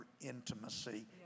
intimacy